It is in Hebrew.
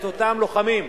את אותם לוחמים,